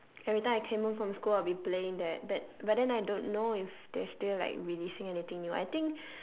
every time I came home from school I'll be playing that but but then I don't know if they are still like releasing anything new I think